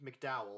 McDowell